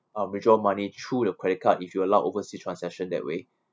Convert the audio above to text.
uh withdraw money through your credit card if you allow oversea transaction that way